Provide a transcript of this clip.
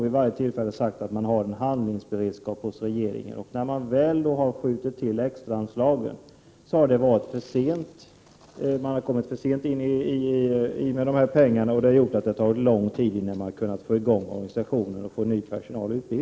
Vid varje tillfälle har det sagts att regeringen har handlingsberedskap. När man väl har skjutit till det extra anslaget har de pengarna kommit för sent, vilket gjort att det har tagit lång tid innan man har kunnat få i gång organisationen och utbilda ny personal.